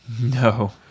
No